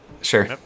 Sure